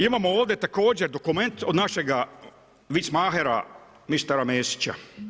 Imamo ovdje također dokument od našega vic mahera mistera Mesića.